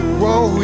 Whoa